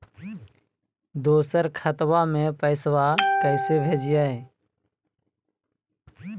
दोसर खतबा में पैसबा कैसे भेजिए?